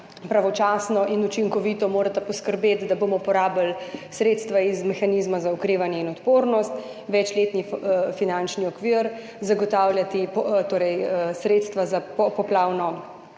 pravočasno in učinkovito morata poskrbeti, da bomo porabili sredstva iz mehanizma za okrevanje in odpornost, večletni finančni okvir, zagotavljati sredstva za poplavno sanacijo